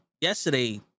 Yesterday